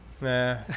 Nah